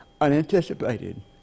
unanticipated